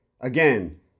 Again